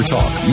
Talk